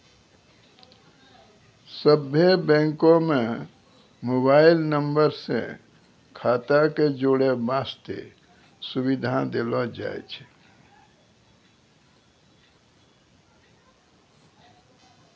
सभ्भे बैंको म मोबाइल नम्बर से खाता क जोड़ै बास्ते सुविधा देलो जाय छै